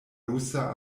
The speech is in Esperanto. rusa